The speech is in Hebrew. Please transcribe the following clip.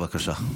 בבקשה.